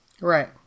Right